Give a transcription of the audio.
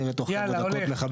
נראה תוך כמה דקות מכבים.